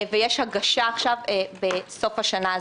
ויש הגשה בסוף השנה הזאת.